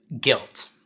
guilt